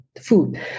food